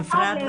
נפרד,